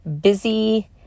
busy